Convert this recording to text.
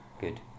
Good